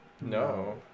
No